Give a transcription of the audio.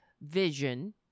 vision—